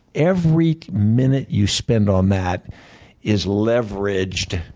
every minute you spend on that is leveraged,